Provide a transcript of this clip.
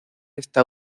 esta